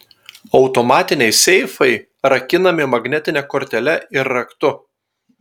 automatiniai seifai rakinami magnetine kortele ir raktu